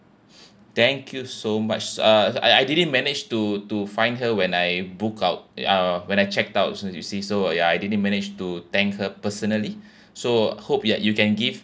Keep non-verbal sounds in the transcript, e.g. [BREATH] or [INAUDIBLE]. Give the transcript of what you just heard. thank you so much uh I I didn't manage to to find her when I book out uh when I checked out so you see so ya I didn't manage to thank her personally [BREATH] so hope that you can give